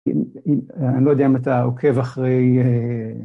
‫אני לא יודע אם אתה עוקב אחרי...